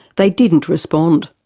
they didn't respond.